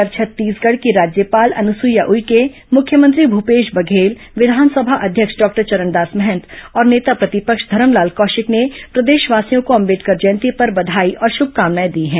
इधर छत्तीसगढ़ की राज्यपाल अनुसुईया उइके मुख्यमंत्री भूपेश बघेल विधानसभा अध्यक्ष डॉक्टर चरणदास महंत और नेता प्रतिपक्ष धरमलाल कोशिक ने प्रदेशवासियों को अंबेडकर जयंती पर बधाई और शुभकामनाएं दी हैं